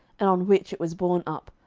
and on which it was borne up,